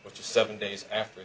which is seven days after